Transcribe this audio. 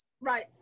Right